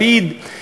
לפיד,